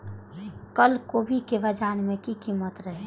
कल गोभी के बाजार में की कीमत रहे?